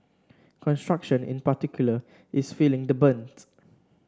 construction in particular is feeling the brunts